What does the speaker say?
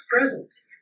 presence